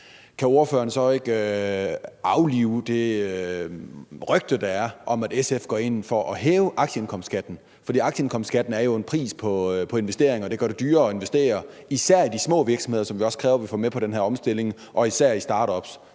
Kan ordføreren så ikke aflive det rygte, der er, om, at SF går ind for at hæve aktieindkomstskatten? For aktieindkomstskatten er jo en pris på investeringer, og det gør det dyrere at investere, især i de små virksomheder, som vi også kræver at vi får med på den her omstilling, og især i startups.